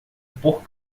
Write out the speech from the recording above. por